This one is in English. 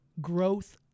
growth